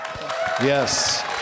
Yes